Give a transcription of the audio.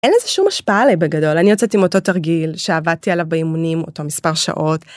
אין לזה שום השפעה עליי בגדול אני יוצאת עם אותו תרגיל שעבדתי עליו באימונים אותו מספר שעות.